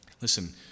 Listen